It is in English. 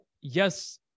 yes